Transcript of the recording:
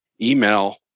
email